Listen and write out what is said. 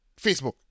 Facebook